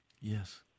Yes